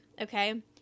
Okay